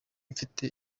mfite